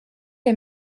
les